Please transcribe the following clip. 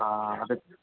ஆ அது